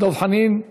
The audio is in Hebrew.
דב חנין,